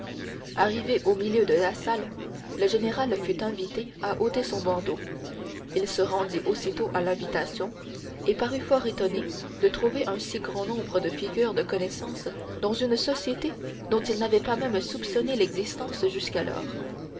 arrivé au milieu de la salle le général fut invité à ôter son bandeau il se rendit aussitôt à l'invitation et parut fort étonné de trouver un si grand nombre de figures de connaissance dans une société dont il n'avait pas même soupçonné l'existence jusqu'alors